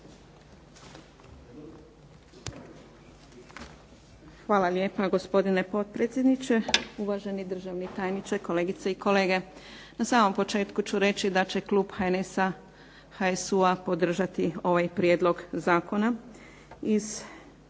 Hvala lijepa gospodine potpredsjedniče, uvaženi državni tajniče, kolegice i kolege. Na samom početku ću reći da će klub HNS-a, HSU-a podržati ovaj prijedlog zakona.